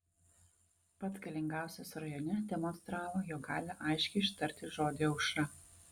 pats galingiausias rajone demonstravo jog gali aiškiai ištarti žodį aušra